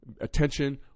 attention